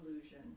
illusion